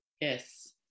Yes